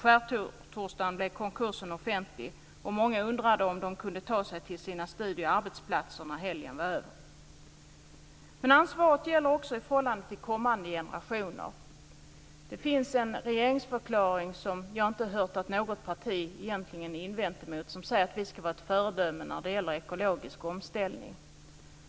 Konkursen blev offentlig på skärtorsdagen, och många undrade om de skulle kunna ta sig till sina studie eller arbetsplatser när helgen var över. Ansvaret gäller också i förhållande till kommande generationer. Det finns i en regeringsförklaring en målsättning som jag egentligen inte har hört att något parti har invänt emot, nämligen att vi ska vara ett föredöme när det gäller ekologisk omställning.